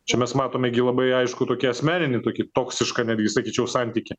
čia mes matome gi labai aiškų tokį asmeninį tokį toksišką netgi sakyčiau santykį